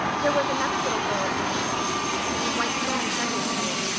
there was another little girl at the manse to tea, from the white sands sunday school.